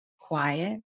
quiet